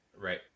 right